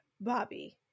bobby